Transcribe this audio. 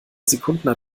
sekunden